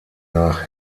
nach